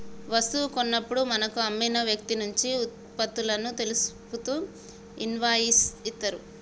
వస్తువు కొన్నప్పుడు మనకు అమ్మిన వ్యక్తినుంచి వుత్పత్తులను తెలుపుతూ ఇన్వాయిస్ ఇత్తరు